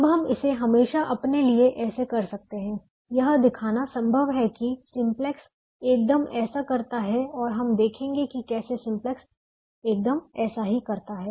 अब हम इसे हमेशा अपने लिए ऐसे कर सकते हैं यह दिखाना संभव है की सिंपलेक्स एकदम ऐसा करता है और हम देखेंगे कि कैसे सिंपलेक्स एकदम ऐसा ही करता है